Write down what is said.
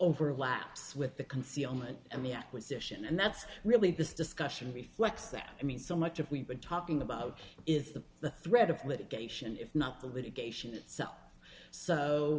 overlaps with the concealment and the acquisition and that's really this discussion we flex that i mean so much of we've been talking about is the threat of litigation if not the litigation itself so